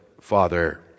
Father